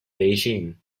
beijing